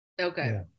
Okay